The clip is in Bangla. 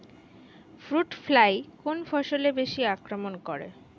ফ্রুট ফ্লাই কোন ফসলে বেশি আক্রমন করে?